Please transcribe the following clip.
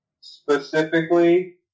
Specifically